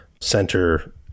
center